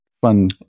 fun